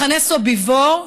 מחנה סוביבור,